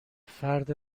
فرد